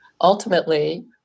ultimately